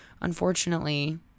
unfortunately